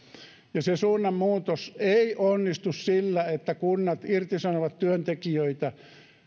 se suunnanmuutos ei onnistu sillä että kunnat irtisanovat työntekijöitä